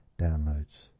downloads